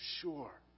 sure